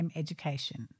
education